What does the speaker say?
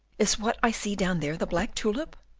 is what i see down there the black tulip?